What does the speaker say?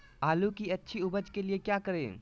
आलू की अच्छी उपज के लिए क्या करें?